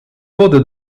wody